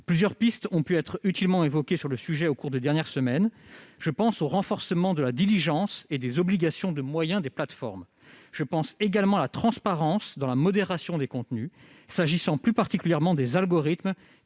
Plusieurs pistes ont pu être utilement évoquées sur le sujet au cours des dernières semaines. Je pense au renforcement de la diligence et des obligations de moyens des plateformes, ou encore à la transparence sur la modération des contenus, s'agissant plus particulièrement des algorithmes